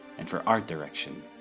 and for art direction.